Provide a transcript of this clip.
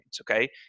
okay